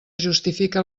justifique